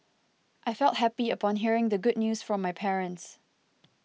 I felt happy upon hearing the good news from my parents